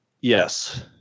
Yes